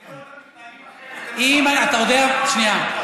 תראה אותם מתנהגים אחרת, אם, אתה יודע, שנייה,